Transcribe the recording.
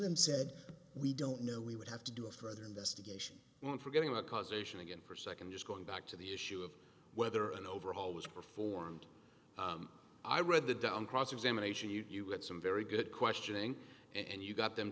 them said we don't know we would have to do a further investigation on forgetting about causation again for a second just going back to the issue of whether an overhaul was performed i read the down cross examination you got some very good questioning and you got them